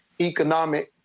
economic